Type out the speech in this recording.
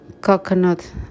coconut